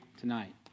tonight